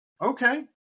Okay